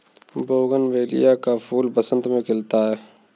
bougainvillea का फूल बसंत में खिलता है